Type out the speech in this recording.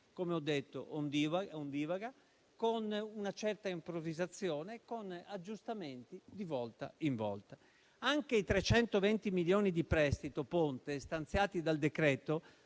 con una linea ondivaga, con una certa improvvisazione, con aggiustamenti di volta in volta. Anche i 320 milioni di prestito ponte stanziati dal decreto